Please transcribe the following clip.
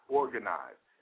organized